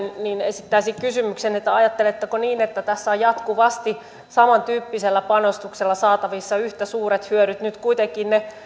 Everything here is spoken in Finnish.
esittäisin kysymyksen ajatteletteko niin että tässä on jatkuvasti samantyyppisellä panostuksella saatavissa yhtä suuret hyödyt nyt kuitenkin